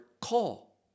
call